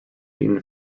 eaten